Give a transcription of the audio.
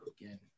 again